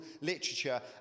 literature